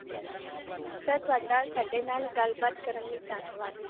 ਠੀਕ ਹੈ sir sir ਤੁਹਾਡਾ ਸਾਡੇ ਨਾਲ ਗੱਲ ਬਾਤ ਕਰਨ ਲਈ ਧੰਨਵਾਦ